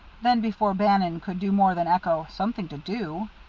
then before bannon could do more than echo, something to do?